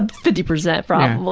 ah fifty percent, probably.